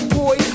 boy